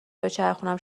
بچرخونم